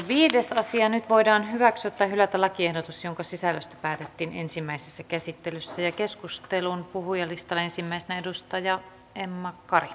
nyt voidaan hyväksyä tai hylätä lakiehdotus jonka sisällöstä päätettiin ensimmäisessä käsittelyssä ja keskustelun puhujalistan ensimmäisten edustaja emma kari